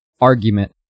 argument